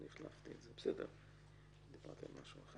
החלפתי את זה, דיברתי על משהו אחר.